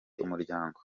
umuryango